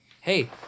hey